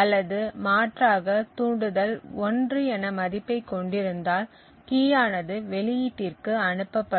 அல்லது மாற்றாக தூண்டுதல் 1 மதிப்பைக் கொண்டிருந்தால் கீயானது வெளியீட்டிற்கு அனுப்பப்படும்